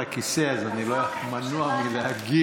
אני יושב על הכיסא, אז אני מנוע מלהגיב.